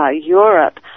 Europe